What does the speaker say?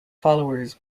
followers